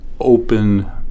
open